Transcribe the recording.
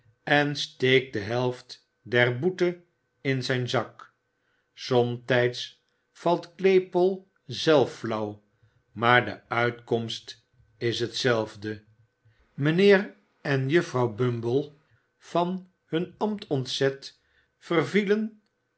en steekt de helft der boete in zijn zak somtijds valt claypole zelf flauw maar de uitkomst is dezelfde mijnheer en juffrouw bumble van hun ambt ontzet vervielen